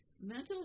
Mental